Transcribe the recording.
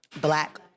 black